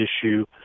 issue